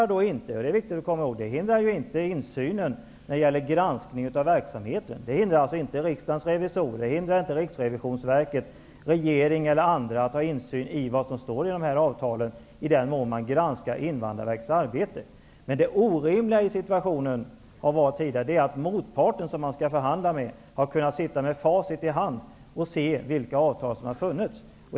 Det hindrar inte insynen i fråga om granskningen av verksamheten. Det hindrar alltså inte Riksdagens revisorer, Riksrevisionsverket, regeringen eller andra att ha insyn i vad som står i avtalen -- i den mån Invandrarverkets arbete granskas. Det orimliga har varit att motparten har kunnat sitta med facit i hand och se vilka avtal som redan har funnits.